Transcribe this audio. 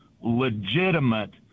legitimate